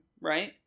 right